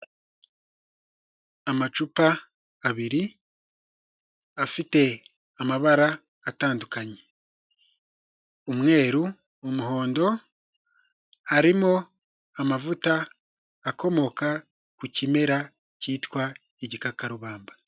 Amacupa abiri afite amabara atandukanye umweru, umuhondo, harimo amavuta akomoka ku kimera cyitwa igikakarubamba.